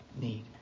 need